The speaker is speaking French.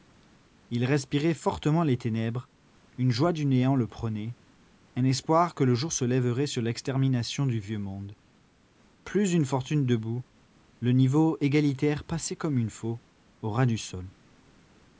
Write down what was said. il respirait fortement les ténèbres une joie du néant le prenait un espoir que le jour se lèverait sur l'extermination du vieux monde plus une fortune debout le niveau égalitaire passé comme une faux au ras du sol